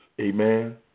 Amen